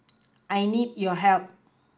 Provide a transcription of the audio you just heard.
I need your help